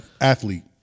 Athlete